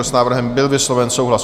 S návrhem byl vysloven souhlas.